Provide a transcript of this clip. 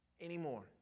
anymore